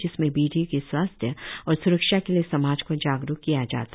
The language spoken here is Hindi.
जिसमें बेटियों के स्वास्थ्य और स्रक्षा के लिए समाज को जागरूक किया जाता